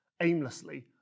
aimlessly